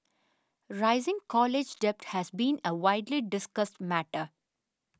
rising college debt has been a widely discussed matter